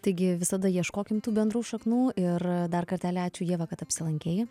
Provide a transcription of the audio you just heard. taigi visada ieškokim tų bendrų šaknų ir dar kartelį ačiū ieva kad apsilankei